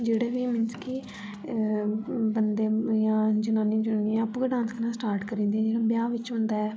जेह्ड़े बी हुन मींस कि बंदे इ'यां जनानीयां जनुनियां आपु गे डांस करना स्टार्ट करी दिंदियां जियां ब्याह् बिच होंदा ऐ